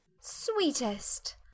Sweetest